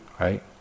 right